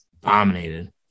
dominated